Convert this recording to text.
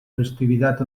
festivitat